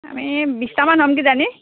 আমি বিশটামান হম কিজানি